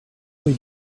rue